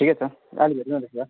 ठिकै छ अहिले भेटौँ न त्यसो भए